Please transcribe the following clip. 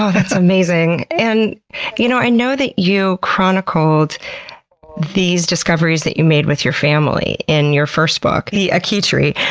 ah that's amazing. and you know i know that you chronicled these discoveries that you made with your family in your first book the akee tree,